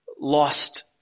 lost